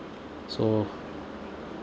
so